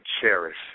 cherish